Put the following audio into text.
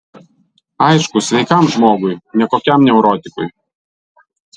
aišku sveikam žmogui ne kokiam neurotikui